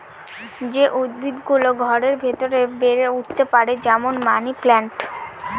যে উদ্ভিদ গুলো ঘরের ভেতরে বেড়ে উঠতে পারে, যেমন মানি প্লান্ট